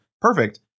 Perfect